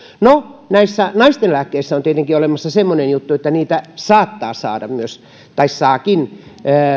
no näissä naisten lääkkeissä on tietenkin olemassa semmoinen juttu että niitä saattaa saada tai saakin